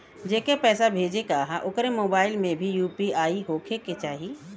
जेके पैसा भेजे के ह ओकरे मोबाइल मे भी यू.पी.आई होखे के चाही?